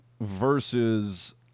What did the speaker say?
versus